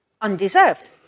undeserved